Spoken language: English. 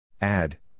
Add